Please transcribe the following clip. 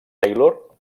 taylor